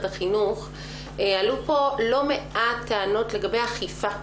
החינוך עלו פה לא מעט טענות לגבי אכיפה.